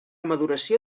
maduració